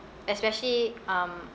especially um